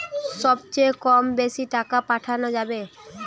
সব চেয়ে কত বেশি টাকা পাঠানো যাবে?